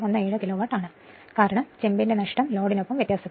017 kilowatt ആണ് കാരണം ചെമ്പിന്റെ നഷ്ടം loadനൊപ്പം വ്യത്യാസപ്പെടുന്നു